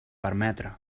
permetre